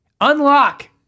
Unlock